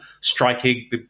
striking